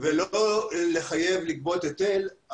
ולא לחייב לגבות היטל.